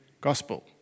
gospel